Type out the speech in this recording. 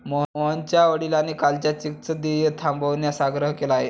मोहनच्या वडिलांनी कालच्या चेकचं देय थांबवण्याचा आग्रह केला आहे